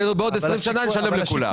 בעוד 20 שנים נשלם לכולם.